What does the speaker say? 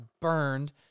burned